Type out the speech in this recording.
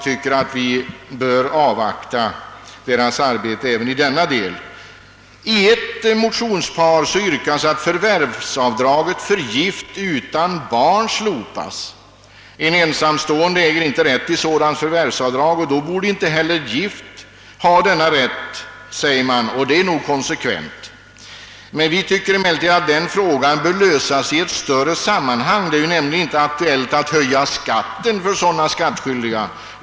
Vi bör därför avvakta deras arbete även i denna del. I ett motionspar yrkas att förvärvsavdraget för gift person utan barn slopas. En ensamstående äger inte rätt till sådant förvärvsavdrag, och då borde inte heller en gift person.ha denna rätt, säger man, och det är nog konsekevnt. Vi tycker emellertid att denna fråga bör lösas i ett. större sammanhang — det är nämligen inte aktuellt att höja skatten för sådana skattskyldiga.